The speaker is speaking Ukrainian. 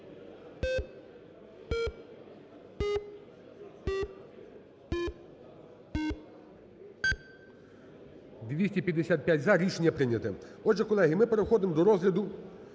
За-255 Рішення прийняте. Отже, колеги, ми переходимо до розгляду